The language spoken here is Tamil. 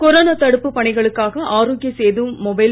கொரோனா தடுப்பு பணிகளுக்கான ஆரோக்ய சேது மொபைல்